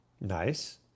Nice